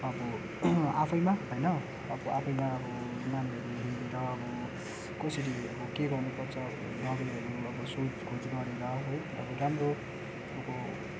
अब आफैमा होइन अब आफैमा अब उनीहरूले त अब कसरी अब के गर्नुपर्छ दबाईहरू अब सोधखोज गरेर है अब राम्रो अब